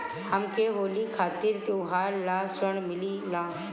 हमके होली खातिर त्योहार ला ऋण मिली का?